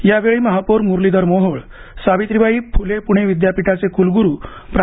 यावेळी महापौर मुरलीधर मोहोळ सावित्रीबाई फुले पुणे विद्यापीठाचे कुलगुरू प्रा